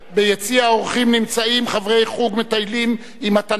ביציע האורחים נמצאים חברי חוג מטיילים עם התנ"ך,